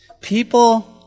People